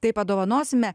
tai padovanosime